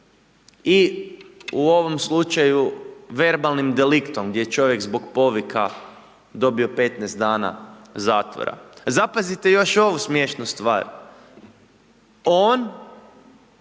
i u ovom slučaju verbalnim deliktom, gdje je čovjek zbog povika dobio 15 dana zatvora? Zapazite još ovu smiješnu stvar, on